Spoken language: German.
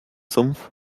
sumpf